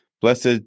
blessed